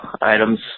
items